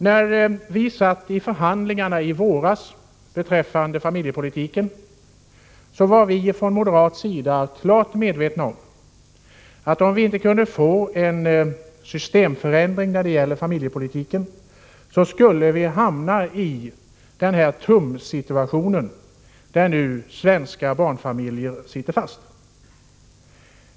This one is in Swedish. När vi satt i förhandlingar om familjepolitiken i våras var vi från moderaterna klart medvetna om att om vi inte kunde få till stånd en systemförändring då det gäller familjepolitiken skulle vi hamna i den här ”tumsituationen” där svenska barnfamiljer nu sitter fast.